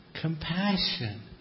compassion